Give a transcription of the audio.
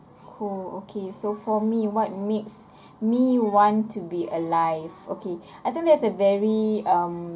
cool okay so for me what makes me want to be alive okay I think there's a very um